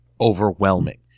overwhelming